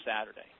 Saturday